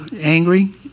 angry